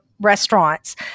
restaurants